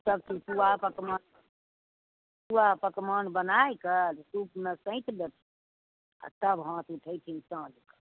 सभचीज पुआ पकमान पुआ पकमान बनाइकऽ सूपमे सैत लऽ आ तब हाथ उठैत छै साँझमे